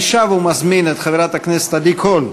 אני שב ומזמין את חברת הכנסת עדי קול,